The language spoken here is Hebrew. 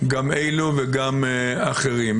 גם אלו וגם אחרים.